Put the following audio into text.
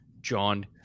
John